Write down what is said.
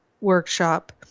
workshop